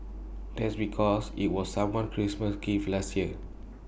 that's because IT was someone Christmas gift last year